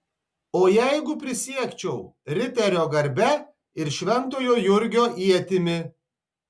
o jeigu prisiekčiau riterio garbe ir šventojo jurgio ietimi